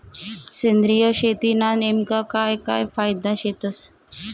सेंद्रिय शेतीना नेमका काय काय फायदा शेतस?